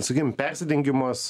sakykim persidengimas